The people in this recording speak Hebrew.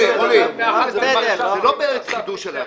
מולי, מולי, זה לא בחידוש שלאחר?